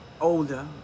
older